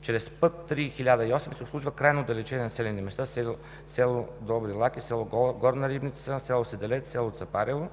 Чрез път III-1008 се обслужват крайно отдалечени населени места: село Добри лаки, село Горна Рибница, село Седелец, село Цапарево,